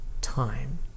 time